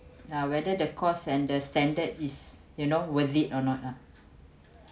uh whether the cost and the standard is you know worth it or not ah